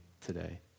today